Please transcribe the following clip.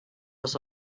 was